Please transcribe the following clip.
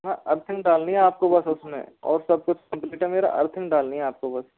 earthing डालनी है आपको बस उसमें और सबकुछ कम्पलीट है मेरा अर्थिंग डालनी है आपको बस